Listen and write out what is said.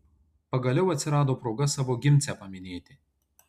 pagaliau atsirado proga savo gimcę paminėti